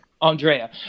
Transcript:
andrea